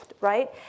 right